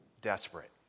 desperate